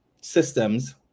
systems